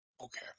Okay